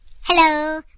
Hello